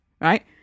right